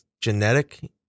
genetic